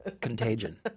Contagion